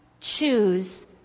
choose